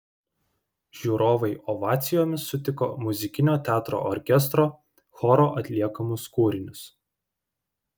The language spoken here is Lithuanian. žiūrovai ovacijomis sutiko muzikinio teatro orkestro choro atliekamus kūrinius